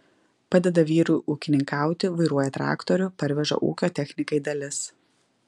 padeda vyrui ūkininkauti vairuoja traktorių parveža ūkio technikai dalis